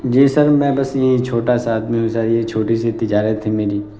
جی sir میں بس یہی چھوٹا سا آدمی ہوں سر یہ چھوٹی سی تجارت ہے میری